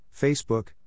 Facebook